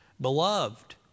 Beloved